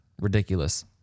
ridiculous